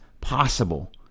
possible